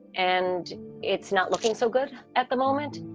and it's not looking so good at the moment